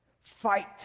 Fight